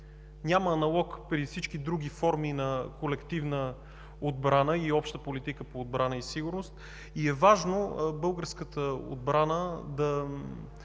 няма аналог при всички други форми на колективна отбрана и Обща политика по отбрана и сигурност. Важно е българската държава да